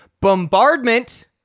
Bombardment